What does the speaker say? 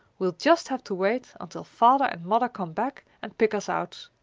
we'll just have to wait until father and mother come back and pick us out.